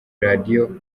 radiyo